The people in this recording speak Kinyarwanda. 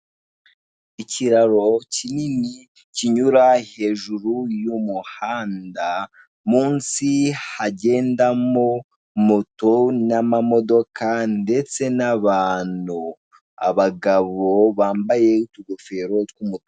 Ikiraro kinini kinyura hejuru y'umuhanda, munsi hagendamo moto n'amamodoka ndetse n'abantu, abagabo bambaye utugofero tw'umutuku.